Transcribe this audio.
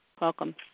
Welcome